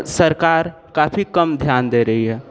सरकार काफ़ी कम ध्यान दे रही है